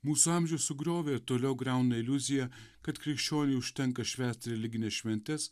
mūsų amžių sugriovėir toliau griauna iliuzija kad krikščioniui užtenka švęst religines šventes